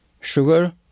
Sugar